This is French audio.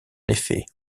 effet